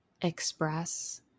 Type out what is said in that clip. express